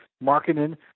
marketing